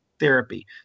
therapy